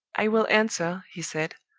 i will answer he said,